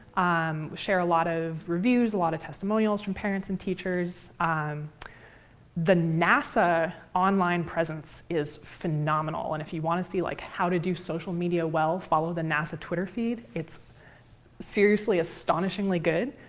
um share a lot of reviews, a lot of testimonials from parents and teachers. um the nasa online presence is phenomenal. and if you want to see like how to do social media well, follow the nasa twitter feed. it's seriously astonishingly good.